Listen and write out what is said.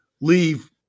leave